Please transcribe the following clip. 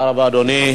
תודה לך, אדוני.